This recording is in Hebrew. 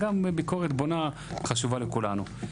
גם ביקורת בונה חשובה לכולנו.